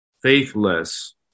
faithless